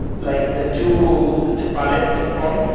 like the two the two pallets of pong, yeah